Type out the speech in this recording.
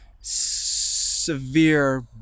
severe